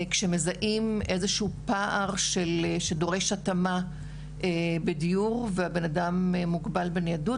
כשמזהים איזשהו פער שדורש התאמה בדיור והבן אדם מוגבל בניידות,